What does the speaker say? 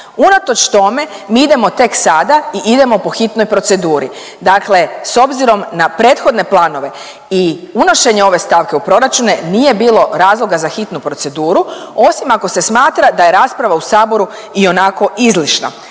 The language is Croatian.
Unatoč tome mi idemo tek sada i idemo po hitnoj proceduri. Dakle, s obzirom na prethodne planove i unošenje ove stavke u proračune nije bilo razloga za hitnu proceduru, osim ako se smatra da je rasprava u Saboru ionako izlišna.